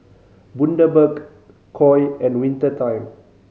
Bundaberg Koi and Winter Time